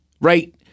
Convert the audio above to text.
right